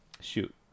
Shoot